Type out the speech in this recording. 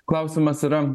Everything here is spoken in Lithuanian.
klausimas yra